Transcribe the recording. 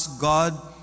God